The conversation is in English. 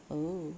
oh